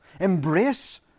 Embrace